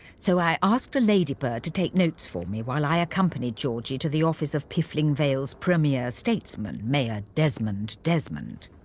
so i asked a ladybird to take notes for me whilst i accompanied georgie to the office of piffling vale's premiere statesman, mayor desmond desmond.